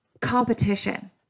competition